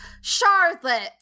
Charlotte